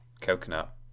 coconut